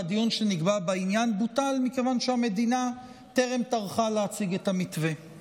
והדיון שנקבע בעניין בוטל מכיוון שהמדינה טרם טרחה להציג את המתווה.